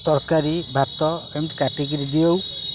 ତରକାରୀ ଭାତ ଏମିତି କାଟିକିରି ଦିଅ